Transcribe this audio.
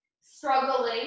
struggling